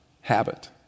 habit